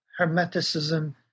hermeticism